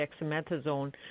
dexamethasone